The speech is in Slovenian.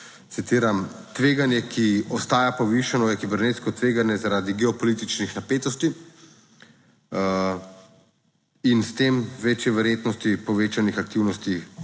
citiram: "Tveganje, ki ostaja povišano je kibernetsko tveganje zaradi geopolitičnih napetosti in s tem večji verjetnosti povečanih aktivnosti